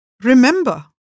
remember